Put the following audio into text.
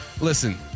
listen